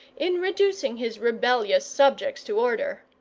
in reducing his rebellious subjects to order.